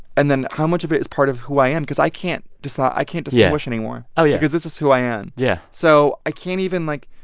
and then how much of it is part of who i am? because i can't decide i can't distinguish anymore yeah. oh, yeah because this is who i am yeah so i can't even, like,